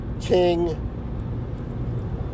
King